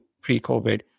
pre-COVID